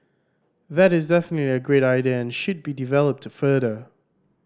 that is definitely a great idea and should be developed further